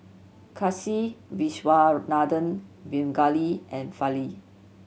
Kasiviswanathan Pingali and Fali